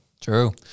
True